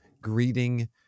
greeting